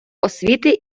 освіти